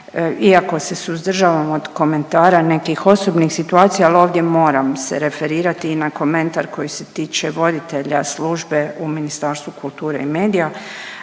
Iako se suzdržavam od komentara nekih osobnih situacija ali ovdje moram se referirati i na komentar koji se tiče voditelja službe u Ministarstvu kulture i medija.